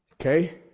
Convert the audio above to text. Okay